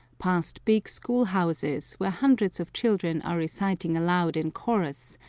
past big school-houses where hundreds of children are reciting aloud in chorus,